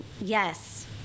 yes